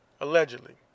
allegedly